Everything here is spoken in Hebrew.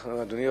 אדוני,